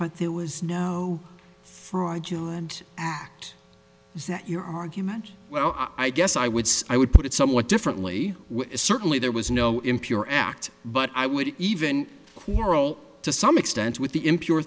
but there was no fraudulent act is that your argument well i guess i would say i would put it somewhat differently certainly there was no impure act but i would even quarrel to some extent with the impure